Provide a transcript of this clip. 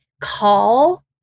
call